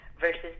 versus